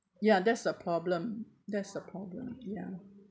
ya that's the problem that's the problem ya